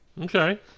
Okay